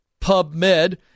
PubMed